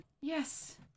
Yes